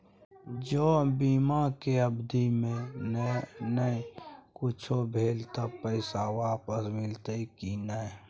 ज बीमा के अवधि म नय कुछो भेल त पैसा वापस मिलते की नय?